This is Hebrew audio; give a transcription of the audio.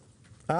לא.